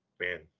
man